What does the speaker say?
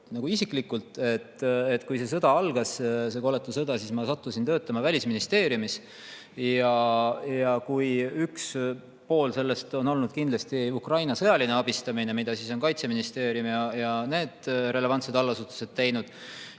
ka isiklikult. Kui see sõda algas, see koletu sõda, siis ma sattusin töötama Välisministeeriumis. Kui üks pool on olnud kindlasti Ukraina sõjaline abistamine, mida on teinud Kaitseministeerium ja relevantsed allasutused,